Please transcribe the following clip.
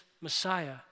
Messiah